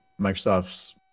Microsoft's